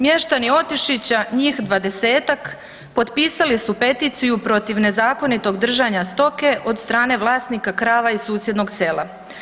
Mještani Otišića, njih 20-tak, potpisali su peticiju protiv nezakonitog držanja stoke od strane vlasnika krava iz susjednog sela.